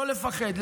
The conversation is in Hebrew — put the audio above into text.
לא לפחד.